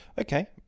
okay